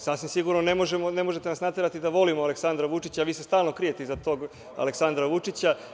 Sasvim sigurno ne možete nas naterati da volimo Aleksandra Vučića, a vi se stalno krijete iza tog Aleksandra Vučića.